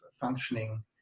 functioning